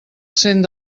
cent